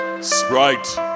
Sprite